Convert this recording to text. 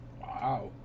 Wow